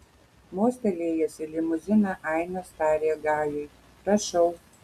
mostelėjęs į limuziną ainas tarė gajui prašau